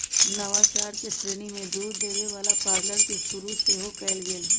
नवाचार के श्रेणी में दूध देबे वला पार्लर के शुरु सेहो कएल गेल